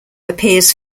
appears